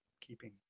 keeping